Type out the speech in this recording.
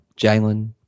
Jalen